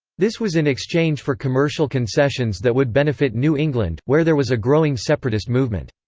this was in exchange for commercial concessions that would benefit new england, where there was a growing separatist movement.